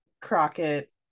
crockett